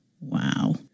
Wow